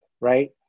right